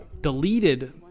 deleted